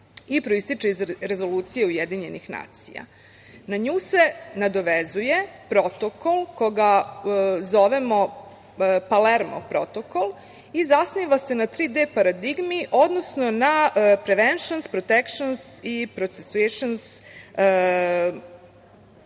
i proističe iz rezolucija Ujedinjenih nacija. Na nju se nadovezuje Protokol koga zovemo Palermo protokol i zasniva se na tri deparadigmi, odnosno na prevention, protection, processuation